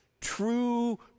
True